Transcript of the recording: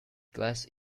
glass